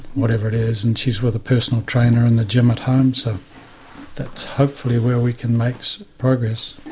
whatever it is and she's with a personal trainer in the gym at home so that's hopefully where we can make progress.